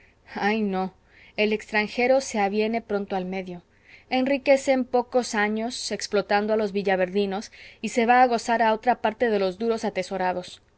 ay no el extranjero se aviene pronto al medio enriquece en pocos años explotando a los villaverdinos y se va a gozar a otra parte de los duros atesorados